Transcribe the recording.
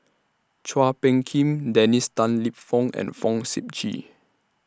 Chua Phung Kim Dennis Tan Lip Fong and Fong Sip Chee